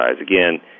again